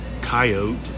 coyote